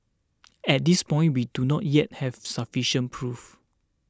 at this point we do not yet have sufficient proof